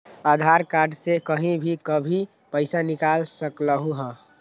आधार card से कहीं भी कभी पईसा निकाल सकलहु ह?